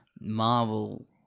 Marvel